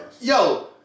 Yo